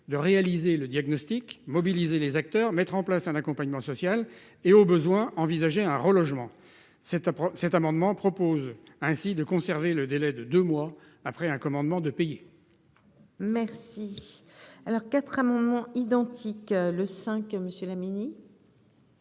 de réaliser le diagnostic mobiliser les acteurs, mettre en place un accompagnement social et au besoin envisager un relogement cet, cet amendement propose ainsi de conserver le délai de deux mois après un commandement de payer. Merci. Alors 4 amendements identiques, le cinq